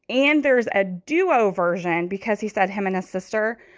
and there's a duo version because he said him and a sister.